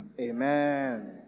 Amen